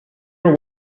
are